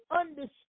understand